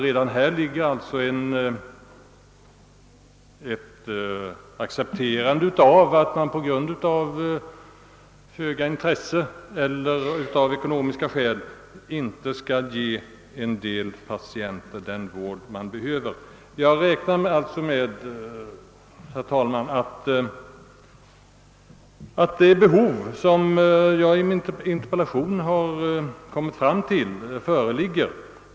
Redan häri ligger alltså ett accepterande från samhällets sida av att man på grund av att intresset är ringa eller av ekonomiska skäl inte skall ge en del patienter den vård de behöver. Jag anser alltså, herr talman, att det behov som jag redovisat i min interpellation verkligen föreligger.